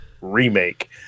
remake